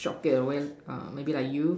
short get a way uh maybe like you